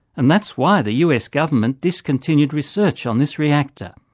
and that's why the us government discontinued research on this reactor.